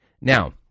Now